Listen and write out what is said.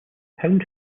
pound